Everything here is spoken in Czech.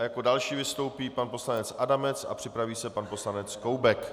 Jako další vystoupí pan poslanec Adamec a připraví se pan poslanec Koubek.